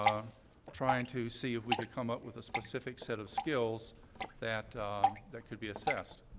trying to see if we could come up with a specific set of skills that that could be assessed.